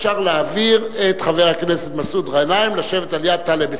אפשר להעביר את חבר הכנסת מסעוד גנאים לשבת על-יד טלב אלסאנע,